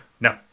No